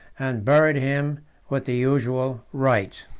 and buried him with the usual rites.